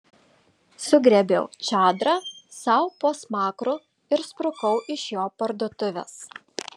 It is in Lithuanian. sugriebiau čadrą sau po smakru ir sprukau iš jo parduotuvės